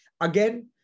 Again